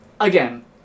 again